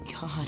God